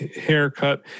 haircut